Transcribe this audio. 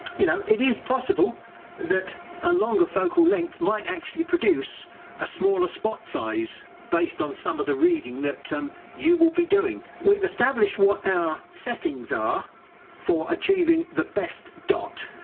you know it is possible that a longer focal length might actually produce a smaller spot size based on some of the reading that you will be doing. we've established what our settings are for achieving the best dot